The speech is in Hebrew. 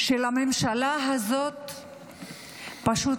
לממשלה הזאת פשוט